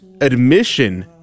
admission